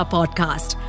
Podcast